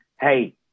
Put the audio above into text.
hey